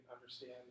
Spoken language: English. understand